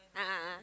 a'ah a'ah